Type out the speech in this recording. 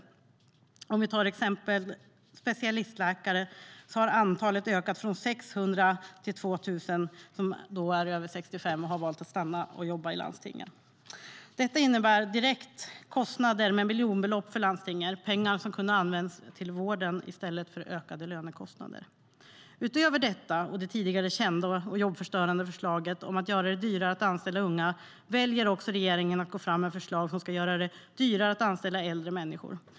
Till exempel har antalet specialistläkare över 65 år som valt att stanna kvar och jobba i landstingen ökat från 600 till 2000.Utöver detta och det tidigare kända och jobbförstörande förslaget om att göra det dyrare att anställa unga väljer regeringen att också gå fram med förslag som ska göra det dyrare att anställa äldre människor.